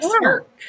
work